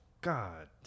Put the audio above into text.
God